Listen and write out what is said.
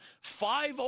five